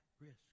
risk